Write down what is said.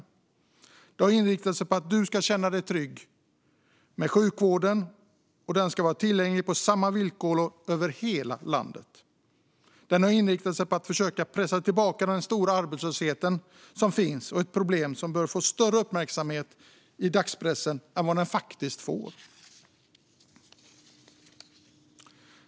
Budgetförslaget har inriktats på att du ska känna dig trygg med sjukvården, som ska vara tillgänglig på samma villkor över hela landet. Det har inriktats på att försöka pressa tillbaka den stora arbetslösheten, ett problem som bör få större uppmärksamhet i dagspressen än vad det faktiskt får.